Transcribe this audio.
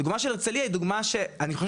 הדוגמא של הרצליה היא דוגמא שאני חושב